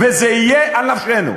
וזה יהיה על נפשנו.